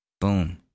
Boom